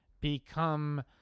become